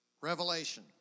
revelation